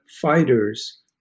fighters